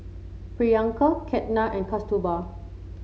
Priyanka Ketna and Kasturba